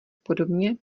podobně